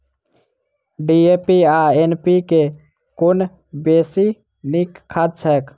DAP आ NPK मे कुन बेसी नीक खाद छैक?